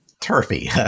Turfy